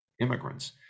immigrants